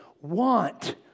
want